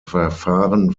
verfahren